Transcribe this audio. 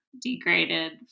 degraded